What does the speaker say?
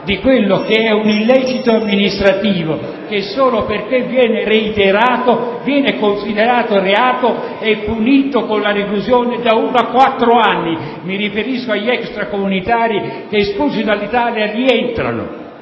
di quel che è un illecito amministrativo e che, solo perché reiterato, viene considerato reato e punito con la reclusione da uno a quattro anni fa. Mi riferisco agli extracomunitari, che espulsi dall'Italia, rientrano.